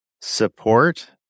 support